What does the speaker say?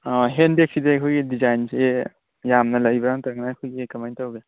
ꯑꯥ ꯍꯦꯟꯗ ꯕꯦꯒꯁꯤꯗꯤ ꯑꯩꯈꯣꯏꯒꯤ ꯗꯤꯖꯥꯏꯟꯁꯤ ꯌꯥꯝꯅ ꯂꯩꯕ꯭ꯔꯥ ꯅꯠꯇ꯭ꯔꯒꯅ ꯑꯩꯈꯣꯏꯒꯤ ꯀꯃꯥꯏꯅ ꯇꯧꯒꯦ